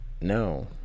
No